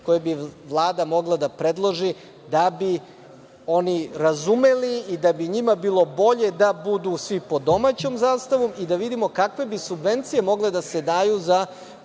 koje bi Vlada mogla da predloži da bi oni razumeli i da bi njima bilo bolje da budu svi pod domaćom zastavom i da vidimo kakve bi subvencije mogle da se daju za